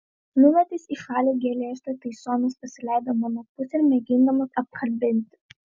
numetęs į šalį geležtę taisonas pasileido mano pusėn mėgindamas apkabinti